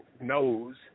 knows